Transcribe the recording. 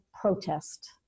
protest